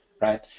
right